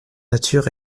nature